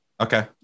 Okay